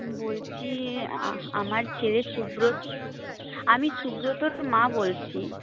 বলছি আমার ছেলে সুব্রো আমি সুব্রতর মা বলছি